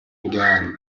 again